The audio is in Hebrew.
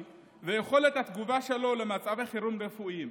ויכולת התגובה שלו למצבי חירום רפואיים.